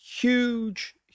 huge